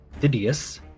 didius